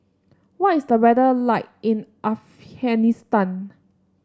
what is the weather like in Afghanistan